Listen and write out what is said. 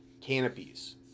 canopies